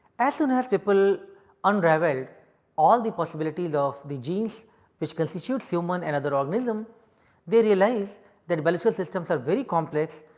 as soon as people unraveled all the possibilities of the genes which constitutes human and other organism they realize their biological systems are very complex,